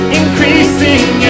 increasing